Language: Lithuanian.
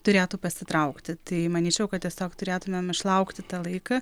turėtų pasitraukti tai manyčiau kad tiesiog turėtumėm išlaukti tą laiką